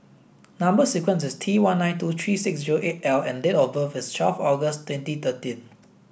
number sequence is T one nine two three six zero eight L and date of birth is twelve August twenty thirteen